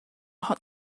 hot